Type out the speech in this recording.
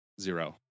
Zero